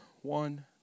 one